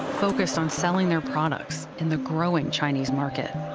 focused on selling their products in the growing chinese market.